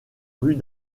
rues